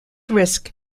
risk